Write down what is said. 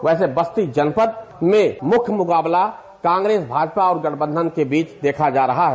वैसे बस्ती जनपद में मुख्य मुकाबला कांग्रेस भाजपा और गठबंधन के बीच देखा जा रहा है